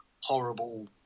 horrible